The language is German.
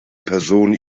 person